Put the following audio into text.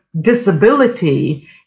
disability